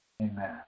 Amen